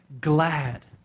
glad